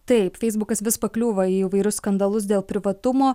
taip feisbukas vis pakliūva į įvairius skandalus dėl privatumo